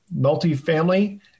multifamily